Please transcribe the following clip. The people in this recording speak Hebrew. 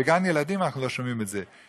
בגן ילדים אנחנו לא שומעים את זה,